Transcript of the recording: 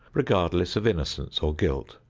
regardless of innocence or guilt.